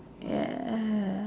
ya